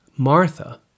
Martha